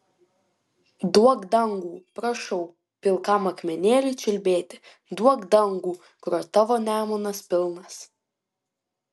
duok dangų prašau pilkam akmenėliui čiulbėti duok dangų kurio tavo nemunas pilnas